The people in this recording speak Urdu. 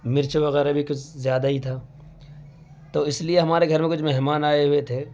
مرچ وغیرہ بھی کچھ زیادہ ہی تھا تو اس لیے ہمارے گھر میں کچھ مہمان آئے ہوئے تھے